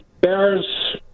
Bears